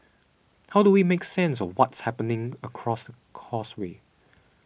how do we make sense of what's happening across causeway